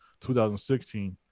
2016